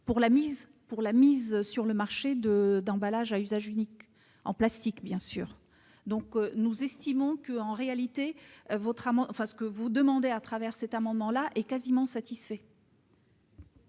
la mise sur le marché d'emballages à usage unique en plastique. Nous estimons que ce que vous demandez à travers cet amendement est quasiment satisfait.